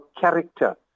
character